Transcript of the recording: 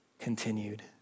continued